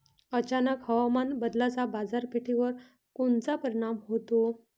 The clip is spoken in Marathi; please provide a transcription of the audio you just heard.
अचानक हवामान बदलाचा बाजारपेठेवर कोनचा परिणाम होतो?